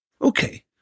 Okay